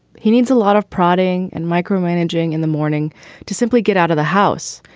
he needs a lot of prodding and micromanaging in the morning to simply get out of the house.